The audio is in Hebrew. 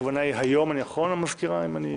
הכוונה היא היום, נכון, המזכירה?